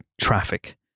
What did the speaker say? traffic